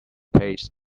paste